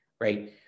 right